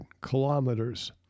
kilometers